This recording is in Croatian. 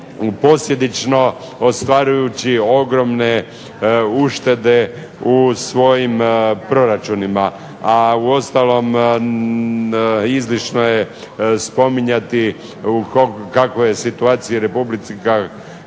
posljedično ostvarujući ogromne uštede u svojim proračunima. A uostalom, izlišno je spominjati u kakvoj je situaciji Republika